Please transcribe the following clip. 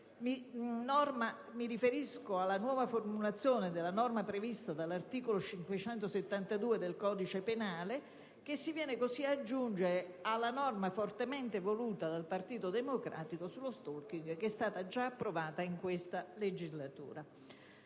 Mi riferisco alla nuova formulazione della norma prevista dall'articolo 572 del codice penale, che si viene così ad aggiungere alla norma fortemente voluta dal Partito Democratico sullo *stalking* che è già stata approvata in questa legislatura.